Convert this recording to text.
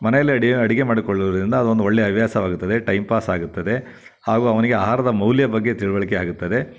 ಮನೆಯಲ್ಲೇ ಅಡಿಗೆ ಅಡಿಗೆ ಮಾಡಿಕೊಳ್ಳುವುದರಿಂದ ಅದು ಒಂದು ಒಳ್ಳೆಯ ಹವ್ಯಾಸವಾಗುತ್ತದೆ ಟೈಮ್ ಪಾಸ್ ಆಗುತ್ತದೆ ಹಾಗೂ ಅವನಿಗೆ ಆಹಾರದ ಮೌಲ್ಯದ ಬಗ್ಗೆ ತಿಳಿವಳ್ಕೆ ಆಗುತ್ತದೆ